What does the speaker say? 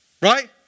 right